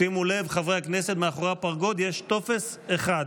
שימו לב, חברי הכנסת, מאחורי הפרגוד יש טופס אחד.